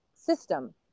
system